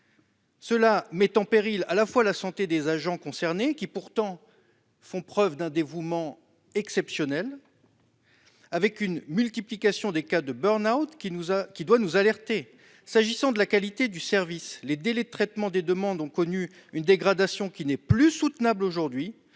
met en péril à la fois la santé des agents concernés, qui font pourtant preuve d'un dévouement exceptionnel- la multiplication des cas de burn-out doit nous alerter -et la qualité du service. Les délais de traitement des demandes ont connu une dégradation qui n'est plus soutenable aujourd'hui.